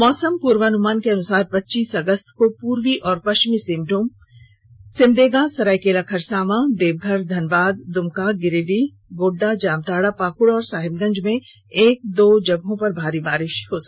मौसम पूर्वनुमान के अनुसार पच्चीस अगस्त को पूर्वी और पष्चिमी सिंहभूम सिमडेगा सरायकेला खरसावा देवघर धनबाद दुमका गिरिडीह गोड्डा जामताड़ा पाक्ड़ और साहेबगंज में एक दो जगह भारी बारिष हो सकती है